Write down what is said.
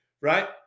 Right